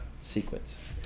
sequence